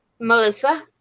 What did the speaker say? Melissa